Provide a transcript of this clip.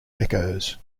echoes